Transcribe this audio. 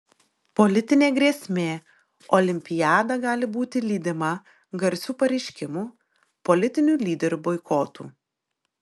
politinė grėsmė olimpiada gali būti lydima garsių pareiškimų politinių lyderių boikotų